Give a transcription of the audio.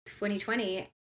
2020